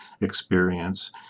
experience